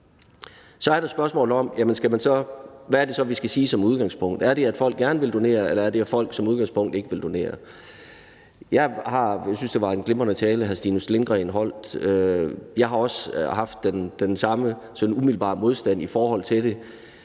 Så er der spørgsmålet om, hvad det så er, vi skal sige som udgangspunkt. Er det, at folk gerne vil donere, eller er det, at folk som udgangspunkt ikke vil donere? Jeg synes, at det var en glimrende tale, som hr. Stinus Lindgreen holdt. Jeg har også haft den samme sådan umiddelbare modstand i forhold til det.